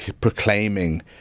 proclaiming